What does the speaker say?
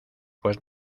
pues